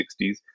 1960s